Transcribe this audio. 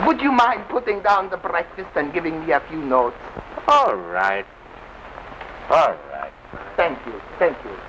would you mind putting down the prices and giving me a few notes all right thank you thank you